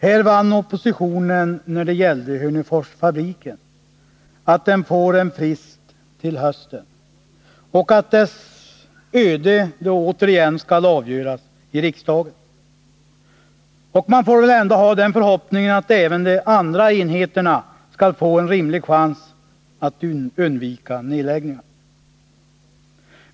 Här vann oppositionen när det gällde Hörneforsfabriken att den får en frist till hösten, då dess öde återigen skall avgöras i riksdagen. Man får väl ändå ha den förhoppningen att även de andra enheterna skall få en rimlig chans att undvika nedläggningar.